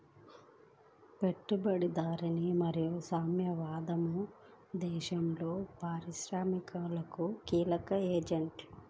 పెట్టుబడిదారీ మరియు సామ్యవాద దేశాలలో పారిశ్రామికీకరణకు కీలక ఏజెంట్లు